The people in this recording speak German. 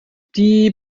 die